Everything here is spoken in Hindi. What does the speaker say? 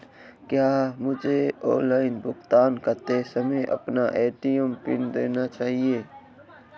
क्या मुझे ऑनलाइन भुगतान करते समय अपना ए.टी.एम पिन देना चाहिए?